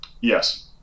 Yes